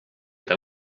êtes